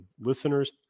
listeners